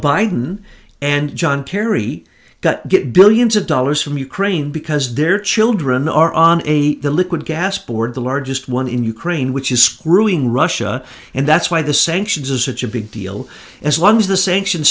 biden and john kerry got get billions of dollars from ukraine because their children are on a liquid gas board the largest one in ukraine which is screwing russia and that's why the sanctions are such a big deal as long as the sanctions